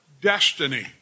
destiny